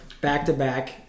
back-to-back